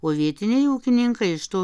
o vietiniai ūkininkai iš to